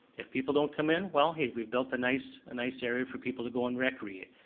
if people don't come in, well hey, we've built a nice ah nice area for people to go and recreate.